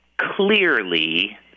clearly